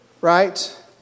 right